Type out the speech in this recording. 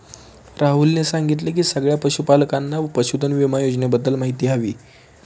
राहुलने सांगितले की सगळ्या पशूपालकांना पशुधन विमा योजनेबद्दल माहिती हवी